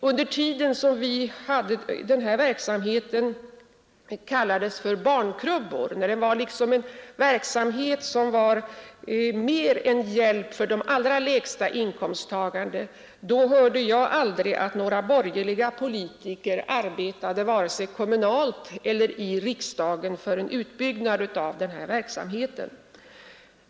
På den tiden då den här verksamheten kallades barnkrubbor, när den var mer en hjälp för de allra lägsta inkomsttagarna, hörde jag aldrig att några borgerliga politiker arbetade vare sig kommunalt eller i riksdagen för en utbyggnad av den.